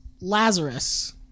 Lazarus